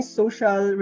social